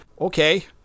Okay